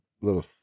little